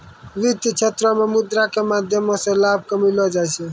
वित्तीय क्षेत्रो मे मुद्रा के माध्यमो से लाभ कमैलो जाय छै